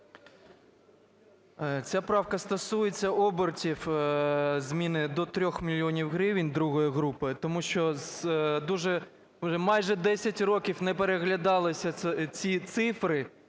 Ця правка стосується обертів зміни до 3 мільйонів гривень другої групи, тому що майже 10 років не переглядалися ці цифри,